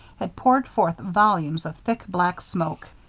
had poured forth volumes of thick black smoke.